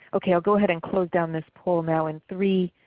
okay, i'll go ahead and close down this poll now in three,